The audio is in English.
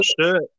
shirt